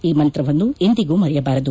ಈ ಮಂತ್ರವನ್ನು ಎಂದಿಗೂ ಮರೆಯಬಾರದು